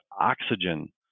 oxygen